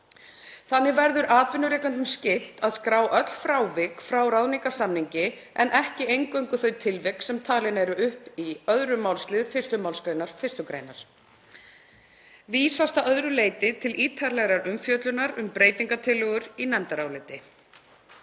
Þannig verður atvinnrekendum skylt að skrá öll frávik frá ráðningarsamningi en ekki eingöngu þau tilvik sem talin eru upp í 2. málsl. 1. mgr. 1. gr. Vísast að öðru leyti til ítarlegrar umfjöllunar um breytingartillögur í nefndaráliti.